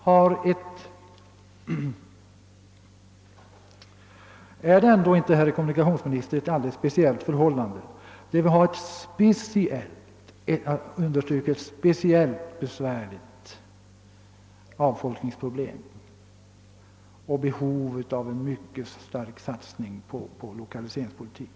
Men är det inte, herr kommunikationsminister, ett speciellt besvärligt avfolkningsproblem som det här gäller och där det föreligger behov av en mycket stark satsning på lokaliseringspolitik?